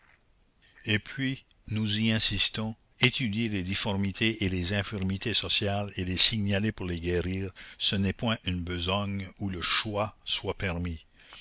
et puis nous y insistons étudier les difformités et les infirmités sociales et les signaler pour les guérir ce n'est point une besogne où le choix soit permis